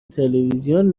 تلویزیون